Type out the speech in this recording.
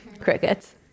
Crickets